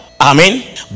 Amen